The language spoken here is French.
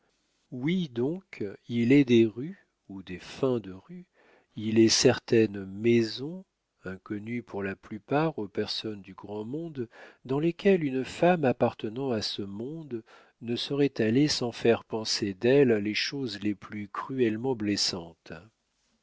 oui donc il est des rues ou des fins de rue il est certaines maisons inconnues pour la plupart aux personnes du grand monde dans lesquelles une femme appartenant à ce monde ne saurait aller sans faire penser d'elle les choses les plus cruellement blessantes